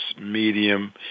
medium